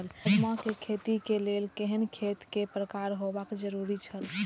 राजमा के खेती के लेल केहेन खेत केय प्रकार होबाक जरुरी छल?